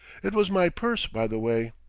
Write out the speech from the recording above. it was my purse, by the way.